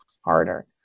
harder